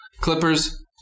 Clippers